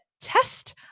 test